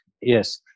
Yes